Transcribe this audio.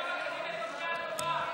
אתם לא מכירים את לומדי התורה.